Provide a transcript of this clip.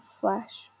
flash